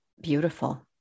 beautiful